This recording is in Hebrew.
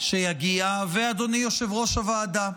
שיגיע ואדוני יושב-ראש הוועדה,